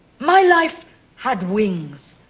my life had wings,